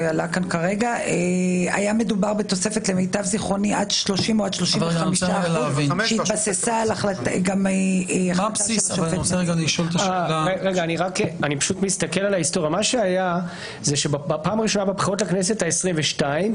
היה מדובר בתוספת של עד 30% או עד 35%. בפעם הראשונה בבחירות לכנסת העשרים ושתיים,